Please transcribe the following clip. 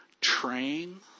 Train